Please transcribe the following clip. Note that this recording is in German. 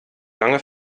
lange